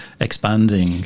expanding